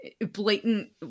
blatant